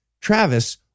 Travis